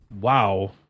wow